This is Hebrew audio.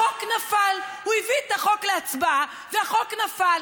החוק נפל, הוא הביא את החוק להצבעה והחוק נפל.